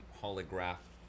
holograph